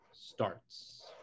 Starts